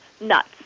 nuts